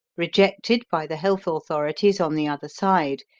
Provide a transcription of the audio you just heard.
rejected by the health authorities on the other side,